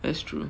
that's true